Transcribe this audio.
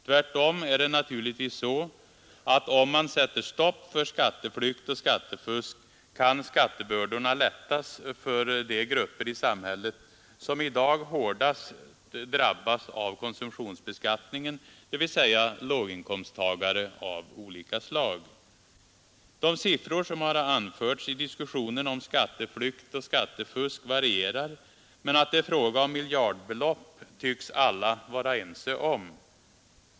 Tvärtom är det naturligtvis så, att om man sätter stopp för skatteflykt och skattefusk kan skattebördorna lättas för de grupper i samhället som i dag hårdast drabbas av konsumtionsbeskattningen, dvs. låginkomsttagare av olika slag. De siffror som anförts i diskussionen om skatteflykt och skattefusk varierar, men att det är fråga om miljardbelopp tycks alla vara ense om.